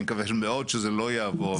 אני מקווה מאוד שזה לא יעבור,